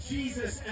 Jesus